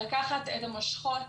לקחת את המושכות.